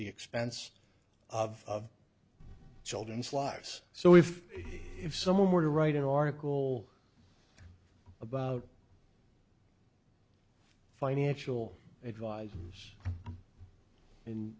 the expense of children's lives so if if someone were to write an article about financial advisors